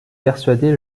persuader